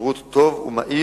שירות טוב ומהיר